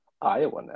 Iowa